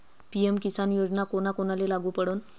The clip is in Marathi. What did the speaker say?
पी.एम किसान योजना कोना कोनाले लागू पडन?